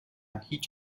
هیچ